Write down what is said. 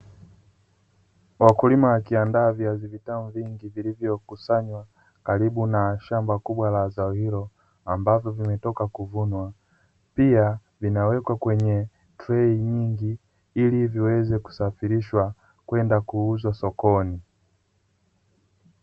Wakulima wakiandaa viazi vitamu vingi vilivyokusanywa karibu na shamba kubwa la zao hilo ambavyo vimetoka kuvunwa. Pia vinawekwa kwenye trei nyingi ili viweze kusafirishwa kwenda kuuzwa sokoni.